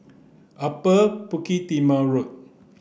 Upper Bukit Timah Road